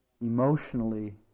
emotionally